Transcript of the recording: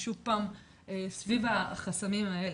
שוב פעם סביב החסמים האלה.